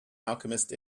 alchemist